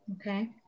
Okay